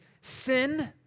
sin